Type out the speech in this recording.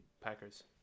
Packers